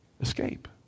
escape